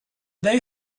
they